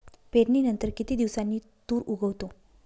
पेरणीनंतर किती दिवसांनी तूर उगवतो?